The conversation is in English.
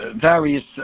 various